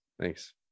thanks